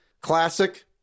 Classic